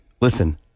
Listen